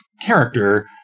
character